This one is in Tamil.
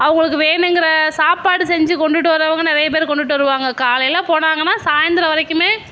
அவங்குளுக்கு வேணுங்கிற சாப்பாடு செஞ்சு கொண்டுகிட்டு வரவங்க நிறைய பேர் கொண்டுகிட்டு வருவாங்க காலையில போனாங்கன்னா சாய்ந்தரம் வரைக்குமே